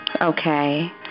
Okay